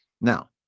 Now